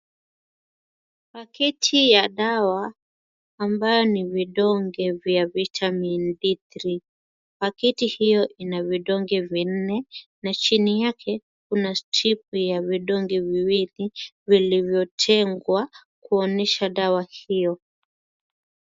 Paketi ya dawa ambayo ni vidonge vya vitamin B3, paketi hiyo ina vidonge vinne na chini yake kuna stipu ya vidonge viwili vilivyotengwa kuonyesha dawa hiyo.